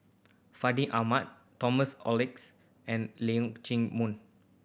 Fandi Ahmad Thomas Oxley and Leong Chee Mun